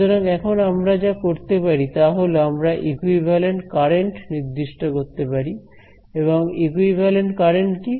সুতরাং এখন আমরা যা করতে পারি তা হল আমরা ইকুইভ্যালেন্ট কারেন্ট নির্দিষ্ট করতে পারি এবং ইকুইভ্যালেন্ট কারেন্ট কি